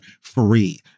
free